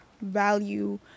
value